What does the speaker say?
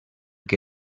que